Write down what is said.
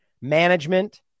management